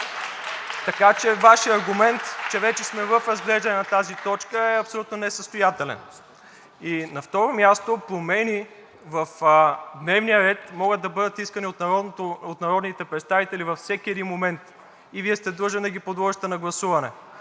Така че Вашият аргумент, че вече сме в разглеждане на тази точка, е абсолютно несъстоятелен. На второ място, промени в дневния ред могат да бъдат искани от народните представители във всеки един момент и Вие сте длъжен да ги подложите на гласуване.